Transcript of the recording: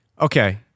Okay